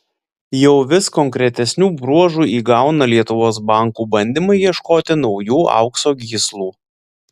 jau vis konkretesnių bruožų įgauna lietuvos bankų bandymai ieškoti naujų aukso gyslų